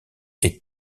est